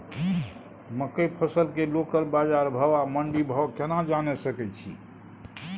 मकई फसल के लोकल बाजार भाव आ मंडी भाव केना जानय सकै छी?